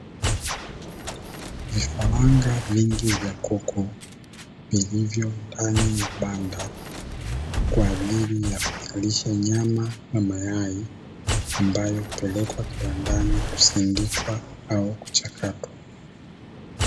Vifaranga vingi vya kuku vilivyo ndani ya banda, kwa ajili ya kuzalisha nyama na mayai ambayo hupelekwa kiwandani kusindikwa au kuchakatwa.